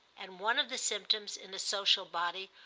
and one of the symptoms, in a social body,